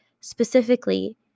specifically